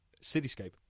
Cityscape